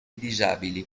disabili